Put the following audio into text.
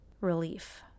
relief